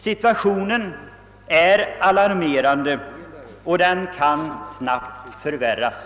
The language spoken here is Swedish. Situationen är alarmerande och kan snabbt förvärras.